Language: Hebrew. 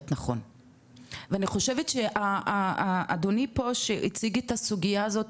נכון ואני חושבת שאדוני פה שהציג את הסוגייה הזאתי,